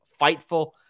Fightful